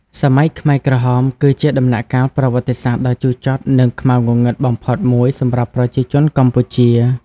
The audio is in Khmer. សម័យខ្មែរក្រហម គឺជាដំណាក់កាលប្រវត្តិសាស្ត្រដ៏ជូរចត់និងខ្មៅងងឹតបំផុតមួយសម្រាប់ប្រជាជនកម្ពុជា។